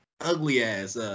ugly-ass